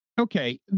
Okay